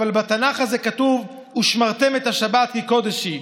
אבל בתנ"ך הזה הרי כתוב: ושמרתם את השבת כי קודש היא,